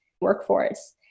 workforce